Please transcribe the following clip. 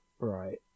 Right